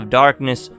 darkness